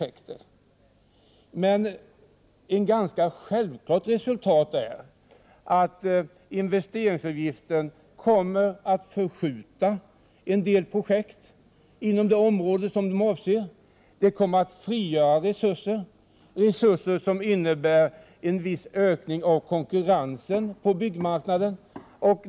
Ett ganska självklart resultat är emellertid att investeringsavgiften kommer att förskjuta en del projekt inom det område som de avser. Det kommer att frigöra resurser, resurser som innebär en viss ökning av konkurrensen på byggmarknaden.